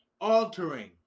altering